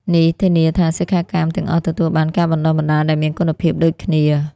នេះធានាថាសិក្ខាកាមទាំងអស់ទទួលបានការបណ្តុះបណ្តាលដែលមានគុណភាពដូចគ្នា។